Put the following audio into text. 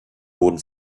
wurde